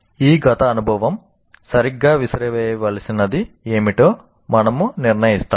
ఈ గత అనుభవం సరిగ్గా విసిరివేయవలసినది ఏమిటో మనము నిర్ణయిస్తాము